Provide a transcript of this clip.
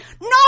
no